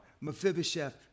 Mephibosheth